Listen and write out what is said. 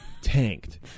tanked